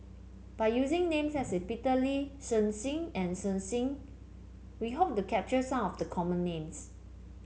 by using names such as Peter Lee Shen Xi and Shen Xi we hope to capture some of the common names